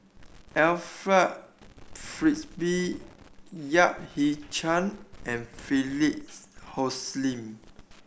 Alfred Frisby Yap Ee Chian and Philip